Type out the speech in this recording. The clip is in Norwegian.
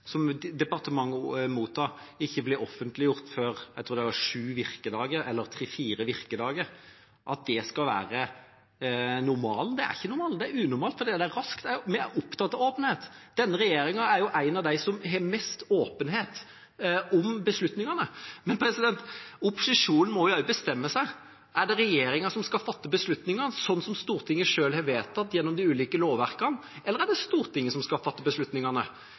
som departementet mottar, ikke blir offentliggjort før etter – jeg tror det var sju virkedager, eller tre–fire virkedager, at det skal være normalen: Det er ikke normalen, det er unormalt, for det er raskt. Vi er opptatt av åpenhet. Denne regjeringa er en av de som har mest åpenhet om beslutningene. Men opposisjonen må også bestemme seg: Er det regjeringa som skal fatte beslutningene, sånn som Stortinget selv har vedtatt gjennom de ulike lovverkene, eller er det Stortinget som skal fatte beslutningene?